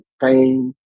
fame